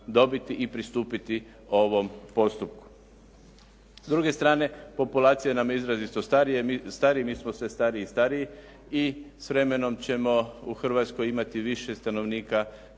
i pristupiti ovom postupku. S druge strane populacija nam izrazito stari. Mi smo sve stariji i stariji i s vremenom ćemo u Hrvatskoj imati više stanovnika